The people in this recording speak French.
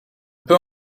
peut